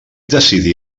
decidí